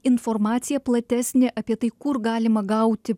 informacija platesnė apie tai kur galima gauti